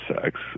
sex